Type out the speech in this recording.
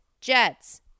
Jets